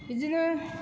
बिदिनो